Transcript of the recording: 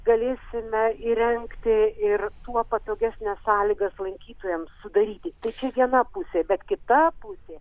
galėsime įrengti ir tuo patogesnes sąlygas lankytojams sudaryti tai čia viena pusė bet kita pusė